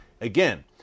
Again